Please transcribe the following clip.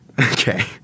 Okay